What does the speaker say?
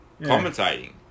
commentating